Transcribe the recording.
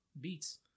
beats